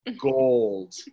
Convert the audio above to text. gold